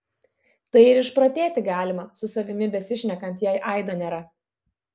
tai ir išprotėti galima su savimi besišnekant jei aido nėra